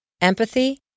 empathy